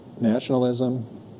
nationalism